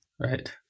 Right